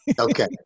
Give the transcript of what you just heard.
Okay